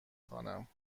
خوانم